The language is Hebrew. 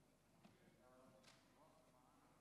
כולנו הזדעזענו מהמקרה של יוסף פליישמן,